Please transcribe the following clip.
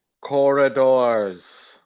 Corridors